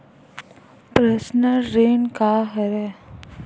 Personal ऋण का हरय?